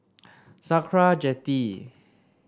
Sakra Jetty